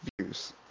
views